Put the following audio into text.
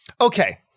okay